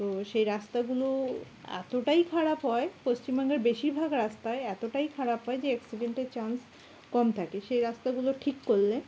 তো সেই রাস্তাগুলো এতটাই খারাপ হয় পশ্চিমবঙ্গের বেশিরভাগ রাস্তায় এতটাই খারাপ হয় যে অ্যাক্সিডেন্টের চান্স কম থাকে সেই রাস্তাগুলো ঠিক করলে